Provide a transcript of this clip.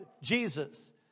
Jesus